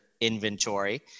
inventory